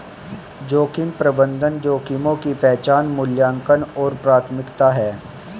जोखिम प्रबंधन जोखिमों की पहचान मूल्यांकन और प्राथमिकता है